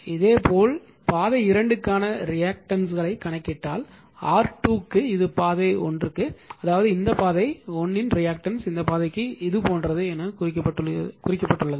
இதேபோல் பாதை 2 க்கான ரியாக்டன்ஸ் களைக் கணக்கிட்டால் R2 க்கு இது பாதை 1 க்கு அதாவது இந்த பாதை 1 இன் ரியாக்டன்ஸ் இந்த பாதைக்கு இது போன்றது என குறிக்கப்பட்டுள்ளது